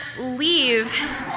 leave